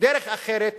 דרך אחרת.